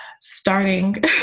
starting